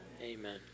Amen